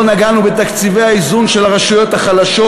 לא נגענו בתקציבי האיזון של הרשויות החלשות.